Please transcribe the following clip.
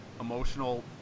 emotional